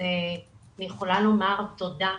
אני יכולה לומר תודה